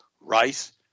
rice